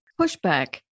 Pushback